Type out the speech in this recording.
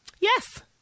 Yes